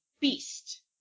beast